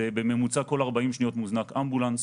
בממוצע כל 40 שניות מוזנק אמבולנס.